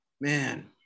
man